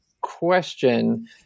question